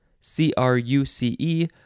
C-R-U-C-E